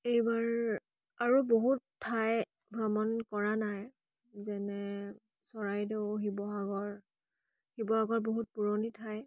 এইবাৰ আৰু বহুত ঠাই ভ্ৰমণ কৰা নাই যেনে চৰাইদেউ শিৱসাগৰ শিৱসাগৰ বহুত পুৰণি ঠাই